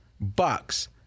Bucks